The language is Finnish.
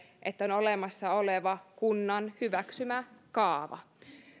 että on olemassa oleva kunnan hyväksymä kaava